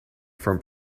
from